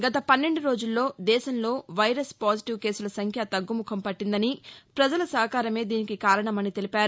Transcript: గత పన్నెండు రోజుల్లో దేశంలో వైరస్ పాజిటివ్ కేసుల సంఖ్య తగ్గుముఖం పట్టిందని పజల సహకారమే దీనికి కారణమని తెలిపారు